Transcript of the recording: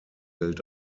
gilt